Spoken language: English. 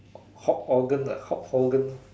Hulk Hogan that Hulk Hogan